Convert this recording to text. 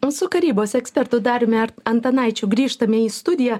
mūsų karybos ekspertu dariumi ar antanaičiu grįžtame į studiją